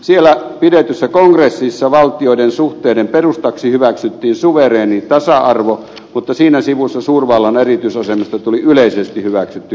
siellä pidetyssä kongressissa valtioiden suhteiden perustaksi hyväksyttiin suvereeni tasa arvo mutta siinä sivussa suurvallan erityisasemasta tuli yleisesti hyväksytty käytäntö